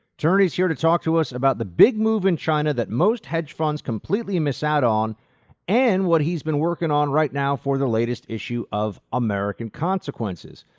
turney is here to talk to us about the big move in china that most hedge funds completely missed out on and what he's been working on right now for the latest issue of american consequences.